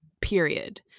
period